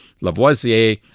Lavoisier